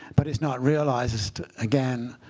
but it's not realized, again,